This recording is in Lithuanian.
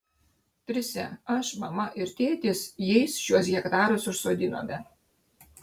trise aš mama ir tėtis jais šiuos hektarus užsodinome